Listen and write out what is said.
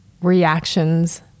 reactions